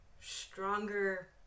stronger